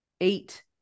eight